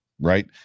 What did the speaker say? right